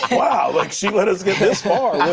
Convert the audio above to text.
wow, like she let us get this far